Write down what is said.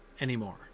anymore